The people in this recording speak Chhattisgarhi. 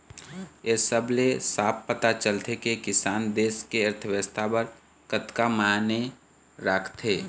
ए सब ले साफ पता चलथे के किसान देस के अर्थबेवस्था बर कतका माने राखथे